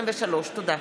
תודה.